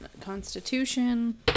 constitution